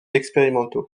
expérimentaux